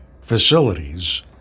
facilities